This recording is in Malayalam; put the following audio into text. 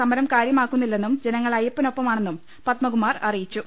സമരം കാര്യമാക്കുന്നില്ലെന്നും ജനങ്ങൾ അയ്യപ്പനൊപ്പ മാണെന്നും പത്മകുമാർ അറിയിച്ചു